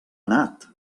anat